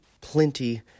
plenty